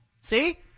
See